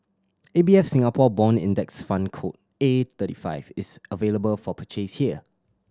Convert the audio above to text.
A B F Singapore Bond Index Fund code A thirty five is available for purchase here